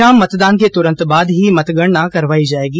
शाम मतदान के तुरंत बाद ही मतगणना करवाई जाएगी